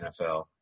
NFL